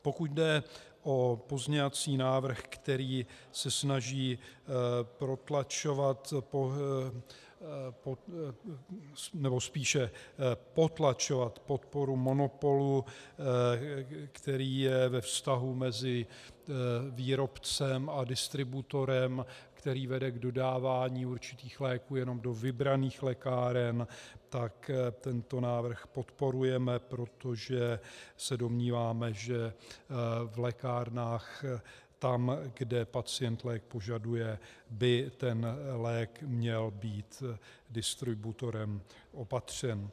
Pokud jde o pozměňovací návrh, který se snaží protlačovat, nebo spíše potlačovat podporu monopolu, který je ve vztahu mezi výrobcem a distributorem, který vede k dodávání určitých léků jenom do vybraných lékáren, tak tento návrh podporujeme, protože se domníváme, že v lékárnách, tam, kde pacient lék požaduje, by lék měl být distributorem opatřen.